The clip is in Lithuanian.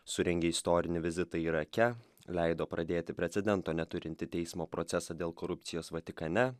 surengė istorinį vizitą irake leido pradėti precedento neturintį teismo procesą dėl korupcijos vatikane